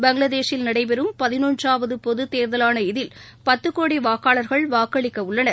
பங்களாதேஷில் நடைபெறும் பதினொன்றாவது பொதுத்தேர்தலான இதில் பத்து கோடி வாக்காளர்கள் வாக்களிக்க உள்ளனர்